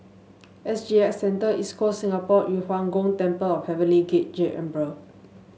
S G X Centre East Coast Singapore Yu Huang Gong Temple Heavenly Jade Emperor